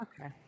Okay